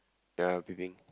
ya peeping